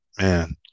man